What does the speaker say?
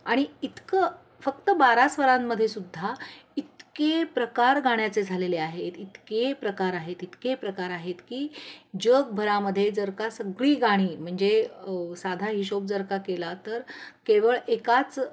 आणि इतकं फक्त बारा स्वरांमध्ये सुद्धा इतके प्रकार गाण्याचे झालेले आहेत इतके प्रकार आहेत इतके प्रकार आहेत की जगभरामध्ये जर का सगळी गाणी म्हणजे साधा हिशेब जर का केला तर केवळ एकाच